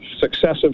successive